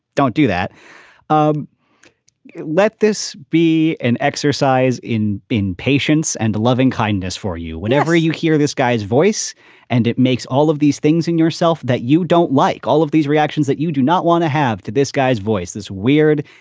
don't do that um let this be an exercise in being patients and loving kindness for you. whenever you hear this guy's voice and it makes all of these things in yourself that you don't like all of these reactions that you do not want to have to. this guy's voice is weird.